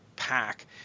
Pack